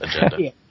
agenda